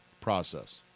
process